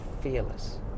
fearless